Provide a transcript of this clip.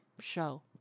show